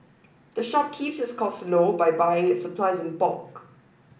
the shop keeps its costs low by buying its supplies in bulk